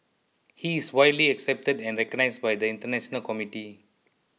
he is widely accepted and recognized by the international community